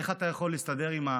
איך אתה יכול להסתדר עם,